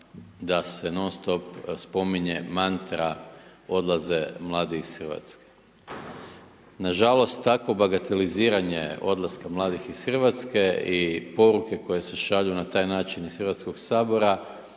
da se non stop spominje mantra, odlaze mladi iz Hrvatske. Nažalost, takvo bagateliziranje odlaska mladih iz Hrvatske i poruke koje se šalju na taj način iz Hrvatskog sabora